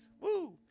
Woo